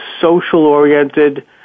social-oriented